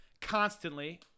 constantly